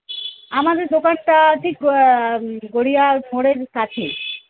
আমাদের দোকানটা ঠিক গড়িয়ার মোড়ের কাছেই